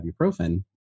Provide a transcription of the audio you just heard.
ibuprofen